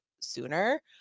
sooner